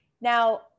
Now